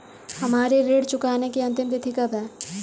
हमारी ऋण चुकाने की अंतिम तिथि कब है?